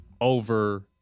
over